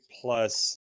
plus